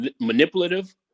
manipulative